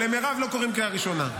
למירב לא קוראים בקריאה ראשונה.